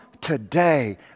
today